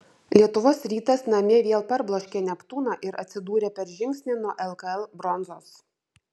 lietuvos rytas namie vėl parbloškė neptūną ir atsidūrė per žingsnį nuo lkl bronzos